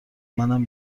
منم